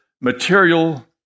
material